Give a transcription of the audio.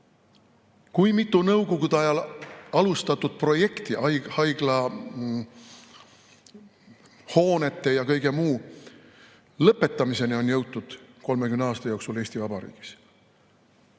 Kui mitu nõukogude ajal alustatud projekti, haiglahoonete ja kõige muu, lõpetamiseni on jõutud 30 aasta jooksul Eesti Vabariigis?